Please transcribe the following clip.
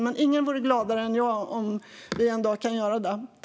Men ingen vore gladare än jag om vi en dag kan göra det.